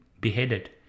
beheaded